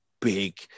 big